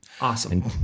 awesome